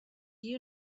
you